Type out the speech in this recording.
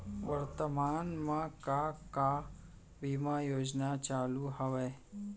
वर्तमान में का का बीमा योजना चालू हवये